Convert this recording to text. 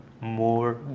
more